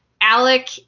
Alec